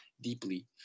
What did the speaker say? deeply